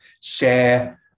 share